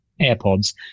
AirPods